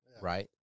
right